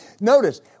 Notice